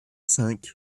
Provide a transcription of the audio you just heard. cinq